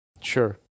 Sure